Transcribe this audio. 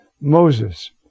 Moses